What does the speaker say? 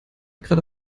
gerade